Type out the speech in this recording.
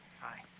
hi.